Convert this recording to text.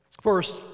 First